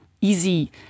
easy